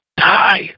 Die